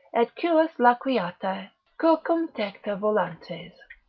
et curas laqueata circum tecta volantes.